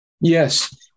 Yes